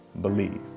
believe